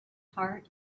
heart